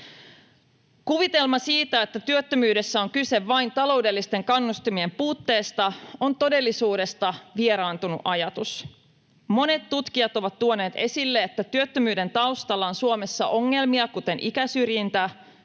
Kuvitelma siitä, että työttömyydessä on kyse vain taloudellisten kannustimien puutteesta, on todellisuudesta vieraantunut ajatus. Monet tutkijat ovat tuoneet esille, että työttömyyden taustalla on Suomessa ongelmia, kuten ikäsyrjintä,